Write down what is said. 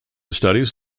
studies